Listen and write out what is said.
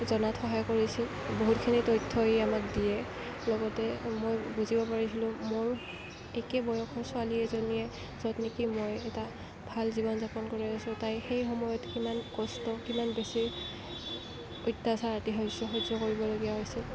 জনাত সহায় কৰিছিল বহুতখিনি তথ্য ই আমাক দিয়ে লগতে মই বুজিব পাৰিছিলো মোৰ একে বয়সৰ ছোৱালী এজনীয়ে য'ত নিকি মই এটা ভাল জীৱন যাপন কৰি আছো তাই সেই সময়ত কিমান কষ্ট কিমান বেছি অত্যাচাৰ আতিশয্য সহ্য কৰিবলগীয়া হৈছিল